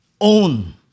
own